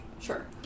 Sure